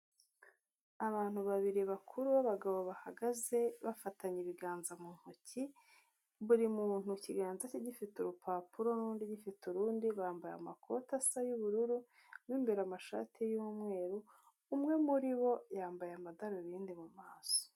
Abantu babiri bakuru b' abagabo bahagaze bafatanye ibiganza mu ntoki, buri muntu kiganza cye gifite urupapuru nundi gifite urundi. Bambaye amakote asa y' ubururu mo imbere amashati y' umweru. Umwe muri bo yambaye amadarubindi mu maso.